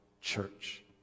church